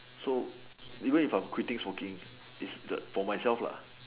so even I am quitting smoking is the for myself lah